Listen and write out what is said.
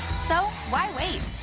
so why wait.